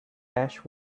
ash